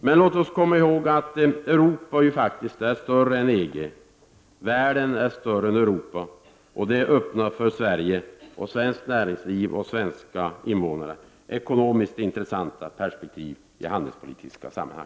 Men låt oss komma ihåg att Europa faktiskt är större än EG. Världen är större än Europa, och det öppnar möjligheter för Sverige, svenskt näringsliv, svenska medborgare för ekonomiskt intressanta perspektiv i handelspolitiken.